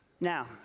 now